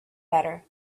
better